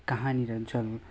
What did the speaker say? कहाँनिर जल